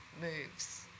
moves